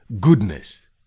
goodness